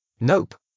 Nope